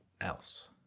else